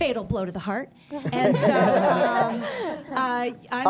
fatal blow to the heart